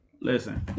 Listen